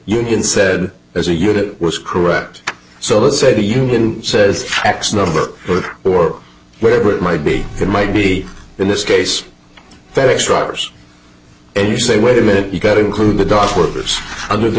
can said as a unit was correct so let's say the union says x number or whatever it might be it might be in this case various writers and you say wait a minute you got include the dock workers under the